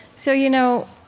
so, you know,